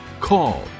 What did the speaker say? call